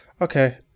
Okay